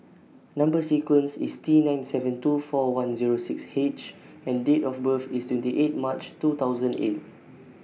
Number sequence IS T nine seven two four one Zero six H and Date of birth IS twenty eight March two thousand eight